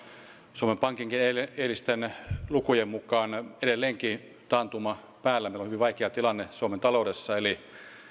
suomen pankinkin eilisten eilisten lukujen mukaan edelleenkin taantuma päällä meillä on hyvin vaikea tilanne suomen taloudessa eli